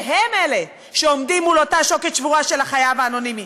שהם שעומדים מול אותה שוקת שבורה של החייב האנונימי.